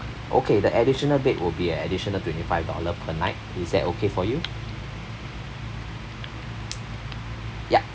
okay the additional bed will be an additional twenty five dollar per night is that okay for you yup